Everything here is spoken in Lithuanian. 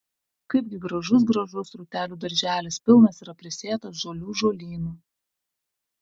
kaipgi gražus gražus rūtelių darželis pilnas yra prisėtas žalių žolynų